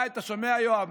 אתה שומע, יואב?